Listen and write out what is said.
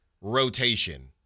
rotation